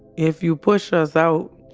if you push us out,